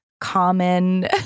common